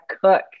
cook